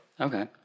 Okay